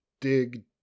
dig